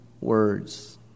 words